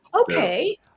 Okay